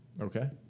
Okay